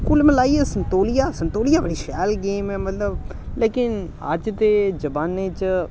कुल मलाइयै संतोलिया संतोलिया बड़ी शैल गेम ऐ मतलब लेकिन अज्ज दे जवानें च